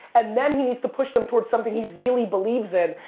and then he needs to push them towards something he really believes in.